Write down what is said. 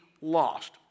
lost